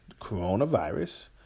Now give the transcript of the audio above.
Coronavirus